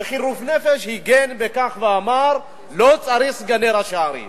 בחירוף-נפש הגן ואמר: לא צריך סגני ראשי ערים.